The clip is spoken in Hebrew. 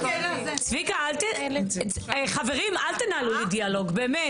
צביקה, חברים, אל תנהלו לי דיאלוג, באמת.